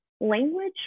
language